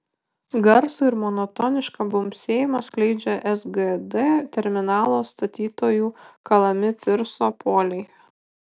garsų ir monotonišką bumbsėjimą skleidžia sgd terminalo statytojų kalami pirso poliai